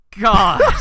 god